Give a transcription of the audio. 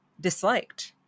disliked